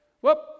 whoop